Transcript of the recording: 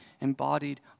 embodied